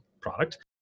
product